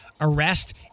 arrest